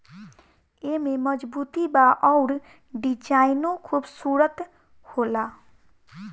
एमे मजबूती बा अउर डिजाइनो खुबसूरत होला